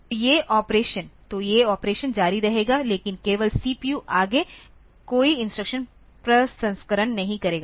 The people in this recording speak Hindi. तो ये ऑपरेशन जारी रहेगा लेकिन केवल सीपीयू आगे कोई इंस्ट्रक्शन प्रसंस्करण नहीं करेगा